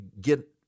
get